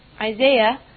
Isaiah